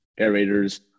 aerators